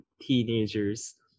teenagers